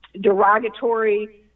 derogatory